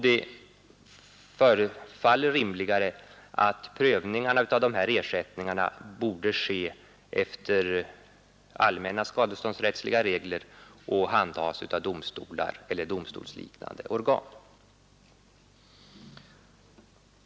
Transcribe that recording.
Det förefaller rimligare att prövningarna av dessa ersättningar borde ske efter allmänna skadeståndsrättsliga regler och handhas av domstolar eller domstolsliknande organ.